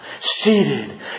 seated